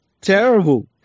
terrible